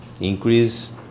increase